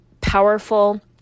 powerful